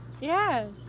Yes